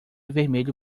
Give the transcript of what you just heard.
vermelho